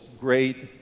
great